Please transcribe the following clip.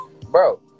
Bro